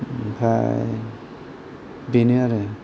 ओमफ्राय बेनो आरो